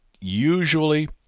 usually